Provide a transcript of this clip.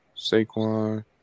Saquon